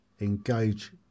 engage